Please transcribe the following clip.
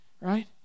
Right